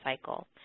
cycle